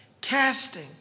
casting